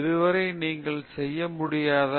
இதுவரை இந்த அறியப்படாத ரைடர் தீர்க்க முடியாது